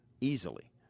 easily